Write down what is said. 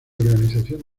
organización